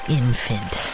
infant